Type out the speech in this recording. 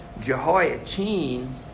Jehoiachin